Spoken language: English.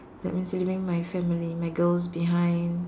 that means leaving my family my girls behind